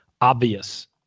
obvious